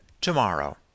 Tomorrow